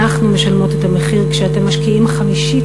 אנחנו משלמות את המחיר כשאתם משקיעים חמישית